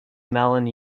mellon